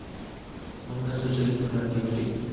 ముందస్తు చెల్లింపులు అంటే ఏమిటి?